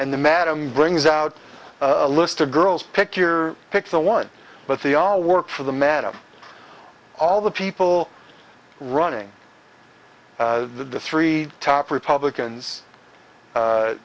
and the madam brings out a list of girls pick your pick the one but they all work for the madame all the people running the three top republicans